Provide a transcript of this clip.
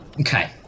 Okay